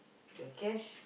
the cash